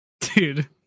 Dude